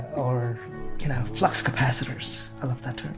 or flux capacitors. i love that term.